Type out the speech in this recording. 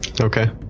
Okay